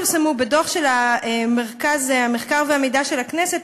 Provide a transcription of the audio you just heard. בדוח של מרכז המידע והמחקר של הכנסת,